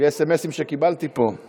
הישיבה הבאה תתקיים מחר, יום שלישי,